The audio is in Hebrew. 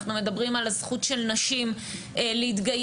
מדברים על הזכות של נשים להתגייס,